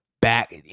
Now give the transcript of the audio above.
back